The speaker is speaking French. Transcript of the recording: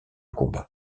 combat